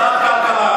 ועדת הכלכלה.